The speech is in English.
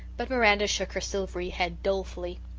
but miranda shook her silvery head dolefully.